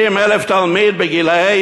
60,000 תלמידים בגיל 18